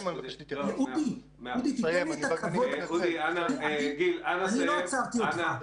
אודי, תיתן לי את הכבוד, אני לא עצרתי אותך.